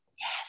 Yes